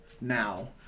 now